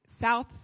South